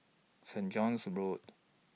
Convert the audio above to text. Saint John's Road